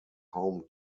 home